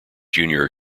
junior